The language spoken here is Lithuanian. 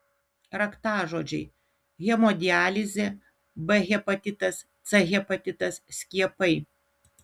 raktažodžiai hemodializė b hepatitas c hepatitas skiepai